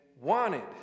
wanted